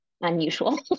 unusual